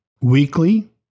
weekly